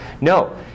No